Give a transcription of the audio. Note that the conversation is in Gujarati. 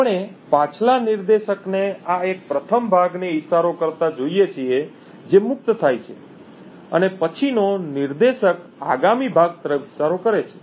આપણે પાછલા નિર્દેશકને આ એક પ્રથમ ભાગને ઇશારો કરતા જોઈએ છીએ જે મુક્ત થાય છે અને પછીનો નિર્દેશક આગામી ભાગ તરફ ઇશારો કરે છે